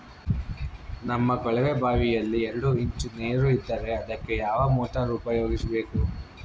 ನಮ್ಮ ಕೊಳವೆಬಾವಿಯಲ್ಲಿ ಎರಡು ಇಂಚು ನೇರು ಇದ್ದರೆ ಅದಕ್ಕೆ ಯಾವ ಮೋಟಾರ್ ಉಪಯೋಗಿಸಬೇಕು?